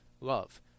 love